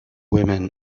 women